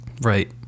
Right